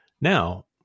Now